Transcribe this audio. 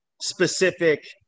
specific